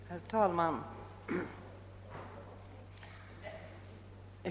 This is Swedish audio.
Herr talman!